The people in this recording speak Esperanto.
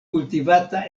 kultivata